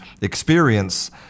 experience